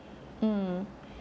mm